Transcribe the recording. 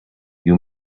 you